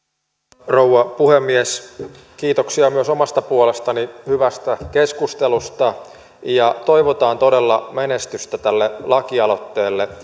arvoisa rouva puhemies kiitoksia myös omasta puolestani hyvästä keskustelusta toivotaan todella menestystä tälle lakialoitteelle